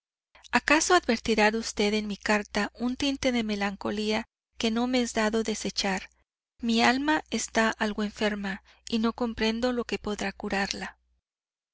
acaso advertirá usted en mi carta un tinte de melancolía que no me es dado desechar mi alma está algo enferma y no comprendo lo que podrá curarla